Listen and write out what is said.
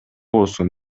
болсун